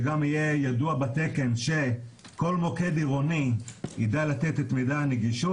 שגם יהיה ידוע בתקן שכל מוקד עירוני יידע לתת את מידע הנגישות.